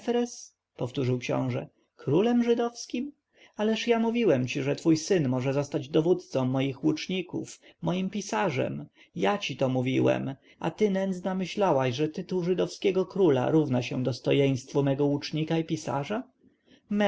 powtórzył książę królem żydowskim ależ ja mówiłem ci że twój syn może zostać dowódcą moich łuczników moim pisarzem ja ci to mówiłem a ty nędzna myślałaś że tytuł żydowskiego króla równa się dostojeństwu mego łucznika i pisarza mefres